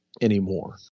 anymore